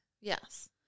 Yes